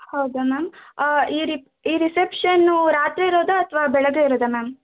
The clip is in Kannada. ಹೌದ ಮ್ಯಾಮ್ ಈ ರಿಪ್ ಈ ರಿಸಪ್ಷನ್ನು ರಾತ್ರಿ ಇರೋದಾ ಅಥ್ವಾ ಬೆಳಗ್ಗೆ ಇರೋದಾ ಮ್ಯಾಮ್